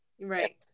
Right